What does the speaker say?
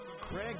Craig